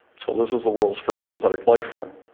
so this is the world's first synthetic life form.